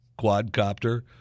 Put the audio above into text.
quadcopter